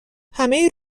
همه